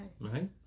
Right